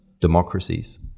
democracies